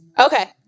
Okay